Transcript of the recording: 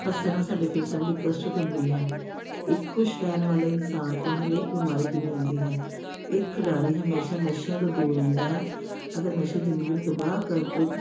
ਹੱਸਣ ਨਾਲ ਸਾਡੇ ਫੇਫੜਿਆਂ ਦੀ ਕਸਰਤ ਹੁੰਦੀ ਹੈ ਇੱਕ ਖੁਸ਼ ਰਹਿਣ ਵਾਲੇ ਇਨਸਾਨ ਤੋਂ ਹਰੇਕ ਬਿਮਾਰੀ ਦੂਰ ਰਹਿੰਦੀ ਹੈ ਇੱਕ ਖਿਡਾਰੀ ਹਮੇਸ਼ਾ ਨਸ਼ਿਆਂ ਤੋਂ ਦੂਰ ਰਹਿੰਦਾ ਹੈ ਅਤੇ ਨਸ਼ੇ ਜ਼ਿੰਦਗੀ ਨੂੰ ਤਬਾਹ ਕਰਨ ਤੋਂ